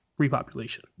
repopulation